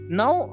now